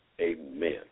Amen